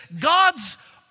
God's